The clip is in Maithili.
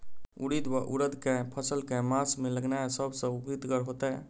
उड़ीद वा उड़द केँ फसल केँ मास मे लगेनाय सब सऽ उकीतगर हेतै?